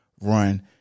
run